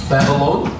Babylon